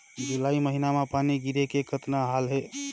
जुलाई महीना म पानी गिरे के कतना हाल हे?